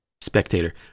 Spectator